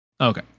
Okay